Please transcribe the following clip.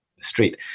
Street